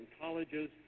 colleges